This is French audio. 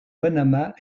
panama